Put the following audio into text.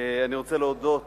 אני רוצה להודות